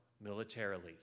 militarily